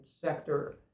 sector